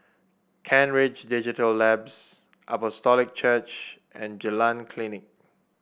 Kent Ridge Digital Labs Apostolic Church and Jalan Klinik